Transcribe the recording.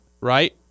right